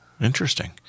Interesting